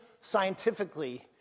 scientifically